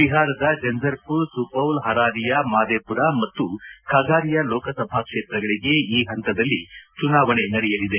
ಬಿಹಾರದ ಜಂಜರ್ಪುರ್ ಸುಪೌಲ್ ಹರಾರಿಯಾ ಮಾದೇಪುರ ಮತ್ತು ಖಗಾರಿಯಾ ಲೋಕಸಭಾ ಕ್ಷೇತ್ರಗಳಿಗೆ ಈ ಹಂತದಲ್ಲಿ ಚುನಾವಣೆ ನಡೆಯಲಿದೆ